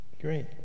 Great